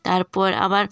তারপর আবার